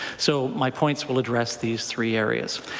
so my points will address these three areas.